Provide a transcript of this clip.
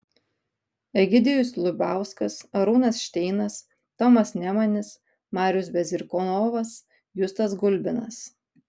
egidijus liubauskas arūnas šteinas tomas nemanis marius bezykornovas justas gulbinas